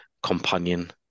companion